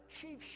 chief